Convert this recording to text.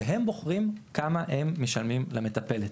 והם בוחרים כמה הם משלמים למטפלת.